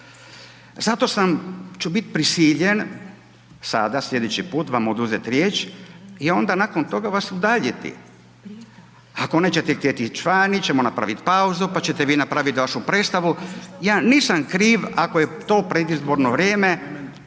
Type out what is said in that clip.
Zato ću biti prisiljen, sada, sljedeći put vam oduzeti riječ i onda nakon toga vas udaljiti. Ako nećete htjeti ići van, mi ćemo napraviti pauzu, pa ćete vi napraviti vašu predstavu. Ja nisam kriv ako je to predizborno vrijeme